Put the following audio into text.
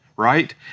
right